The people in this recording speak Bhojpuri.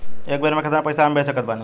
एक बेर मे केतना पैसा हम भेज सकत बानी?